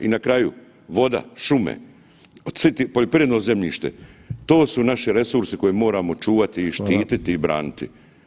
I na kraju, voda, šume, poljoprivredno zemljište, to su naši resursi koje moramo čuvati i štititi i braniti.